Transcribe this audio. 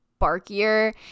barkier